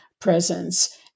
presence